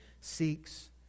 seeks